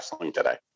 today